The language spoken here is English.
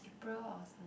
bro